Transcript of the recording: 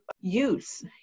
use